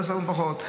את זה שמו פחות.